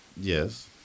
Yes